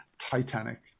Titanic